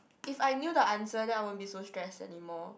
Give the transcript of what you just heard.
if I knew the answer then I won't be so stressed anymore